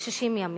60 ימים,